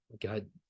God